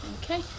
okay